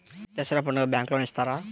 దసరా పండుగ bank loan ఇస్తారా?